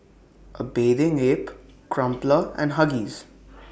A Bathing Ape Crumpler and Huggies